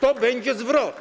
To będzie zwrot.